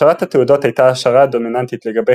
השערת התעודות הייתה ההשערה הדומיננטית לגבי